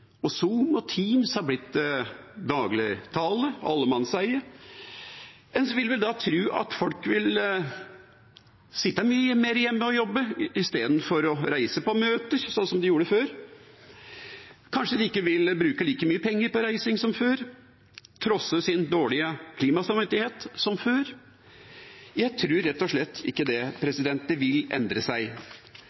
og Zoom og Teams er blitt dagligtale og allemannseie. En ville da tro at folk vil sitte mye mer hjemme og jobbe i stedet for å reise på møter, sånn de gjorde før. Kanskje de ikke vil bruke like mye penger på reising som før og trosse sin dårlige klimasamvittighet? Jeg tror rett og slett ikke det. Det vil endre seg.